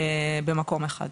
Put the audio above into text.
במקום אחד.